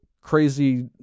crazy